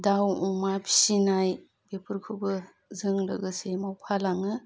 दाव अमा फिसिनाय बेफोरखौबो जों लोगोसे मावफालाङो